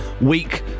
week